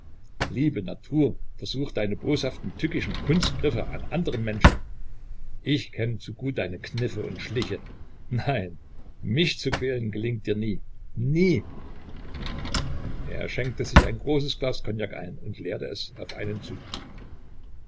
liebe natur versuch deine boshaften tückischen kunstgriffe an anderen menschen ich kenne zu gut deine kniffe und schliche nein mich zu quälen gelingt dir nie nie er schenkte sich ein großes glas kognak ein und leerte es auf einen zug